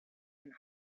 and